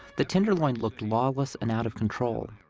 the tenderloin looked lawless and out of control.